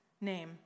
name